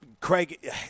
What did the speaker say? Craig